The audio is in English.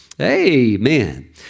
Amen